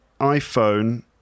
iPhone